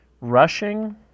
rushing